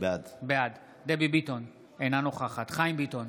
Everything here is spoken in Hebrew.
בעד דבי ביטון, אינה נוכחת חיים ביטון,